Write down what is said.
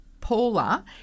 Paula